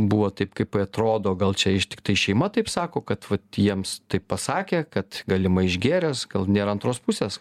buvo taip kaip atrodo gal čia iš tiktai šeima taip sako kad vat jiems taip pasakė kad galimai išgėręs gal nėra antros pusės